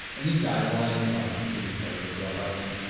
any guidelines on getting started with roughhousing?